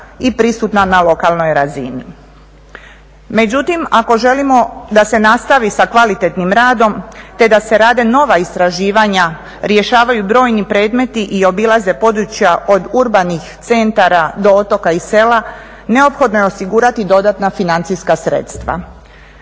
i prisutna na lokalnoj razini. Međutim, ako želimo da se nastavi sa kvalitetnim radom, te da se rade nova istraživanja, rješavaju brojni predmeti i obilaze područja od urbanih centara do otoka i sela neophodno je osigurati dodatna financijska sredstva.